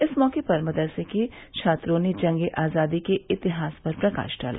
इस मौके पर मदरसे के छात्रों ने जंगे आज़ादी के इतिहास पर प्रकाश डाला